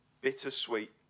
bittersweet